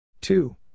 Two